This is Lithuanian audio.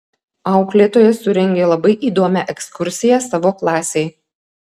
auklėtoja surengė labai įdomią ekskursiją savo klasei